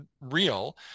real